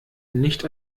nicht